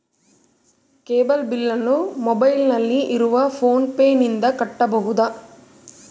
Cable ಬಿಲ್ಲನ್ನು ಮೊಬೈಲಿನಲ್ಲಿ ಇರುವ ಫೋನ್ ಪೇನಿಂದ ಕಟ್ಟಬಹುದಾ?